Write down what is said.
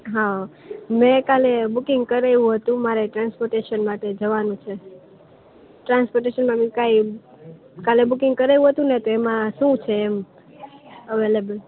હાં મે કાલે બુકિંગ કરાવ્યું હતું મારે ટ્રાન્સપોતેશન માટે જવાનું છે ટ્રાન્સપોટેશનમાં કાઈ કાલે બુકિંગ કરાવ્યું હતુંને તો એમાં શું છે અવેલેબલ